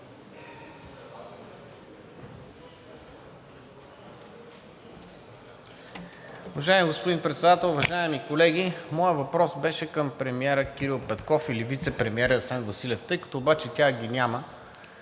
Уважаеми господин Председател, уважаеми колеги, моят въпрос беше към премиера Кирил Петков или вицепремиера Асен Василев. Тъй като обаче тях ги няма,